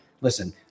Listen